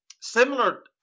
Similar